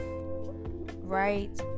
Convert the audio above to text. right